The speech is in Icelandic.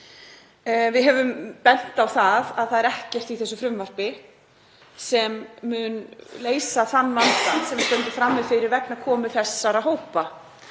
Við höfum bent á að það er ekkert í þessu frumvarpi sem mun leysa þann vanda sem við stöndum frammi fyrir vegna komu þessara hópa